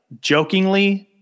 jokingly